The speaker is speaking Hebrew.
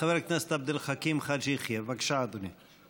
חבר הכנסת עבד אל חכים חאג' יחיא, בבקשה, אדוני.